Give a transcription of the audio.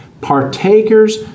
partakers